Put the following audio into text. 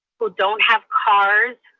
who don't have cars.